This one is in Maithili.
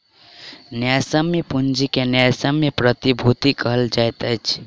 न्यायसम्य पूंजी के न्यायसम्य प्रतिभूति कहल जाइत अछि